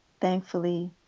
thankfully